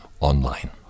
online